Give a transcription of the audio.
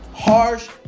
harsh